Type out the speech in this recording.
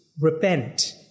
repent